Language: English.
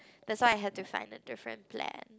that's why I have to find a different plan